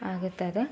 ಆಗುತ್ತೆ ಅದು